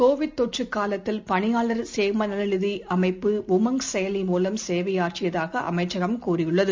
Covid தொற்றுகாலத்தில் பணியாளர் சேமநலநிதிஅமைப்பு உமங் செயலி மூலம் சேவையாற்றியதாகஅமைச்சகம் தெரிவித்துள்ளது